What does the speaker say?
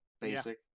basic